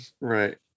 Right